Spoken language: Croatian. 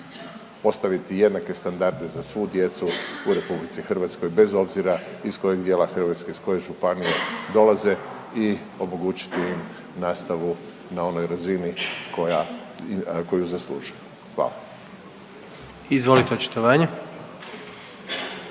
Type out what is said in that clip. postaviti jednake standarde za svu djecu u Republici Hrvatskoj bez obzira iz kojeg dijela Hrvatske, iz koje županije dolaze i omogućiti im nastavu na onoj razini koju zaslužuju. Hvala. **Jandroković, Gordan